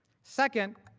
second,